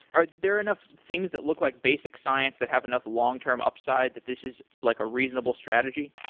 are there enough things that look like basic science that have enough long-term upside that this is like a reasonable strategy?